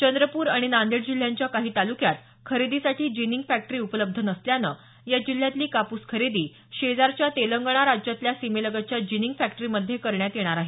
चंद्रपूर आणि नांदेड जिल्ह्यांच्या काही तालुक्यात खरेदीसाठी जिनिंग फॅक्टरी उपलब्ध नसल्यानं या जिल्ह्यातली कापूस खरेदी शेजारच्या तेलंगणा राज्यातल्या सीमेलगतच्या जिनिंग फॅक्टरीमध्ये करण्यात येणार आहे